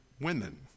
women